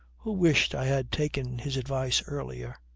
who wished i had taken his advice earlier.